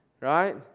right